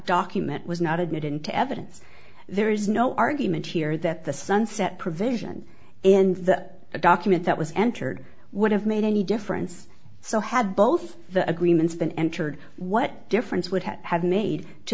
document was not admitted into evidence there is no argument here that the sunset provision and the document that was entered would have made any difference so had both the agreements been entered what difference would it have made to